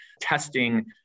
testing